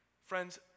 Friends